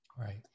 Right